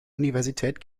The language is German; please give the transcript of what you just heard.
universität